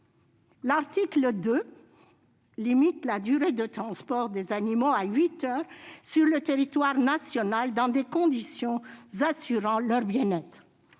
L'article 2 limite la durée de transport des animaux à huit heures sur le territoire national, dans des conditions assurant leur bien-être.